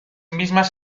mismas